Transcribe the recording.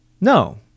No